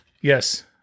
Yes